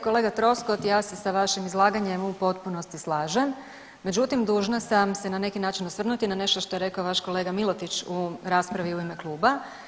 Kolega Troskot, ja se sa vašim izlaganjem u potpunosti slažem, međutim dužna sam se na neki način osvrnuti na nešto što je rekao vaš kolega Miletić u raspravi u ime kluba.